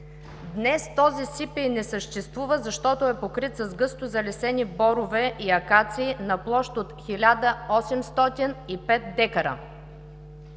Днес този сипей не съществува, защото е покрит с гъсто залесени борове и акации на площ от 1805 дка.